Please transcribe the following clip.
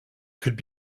could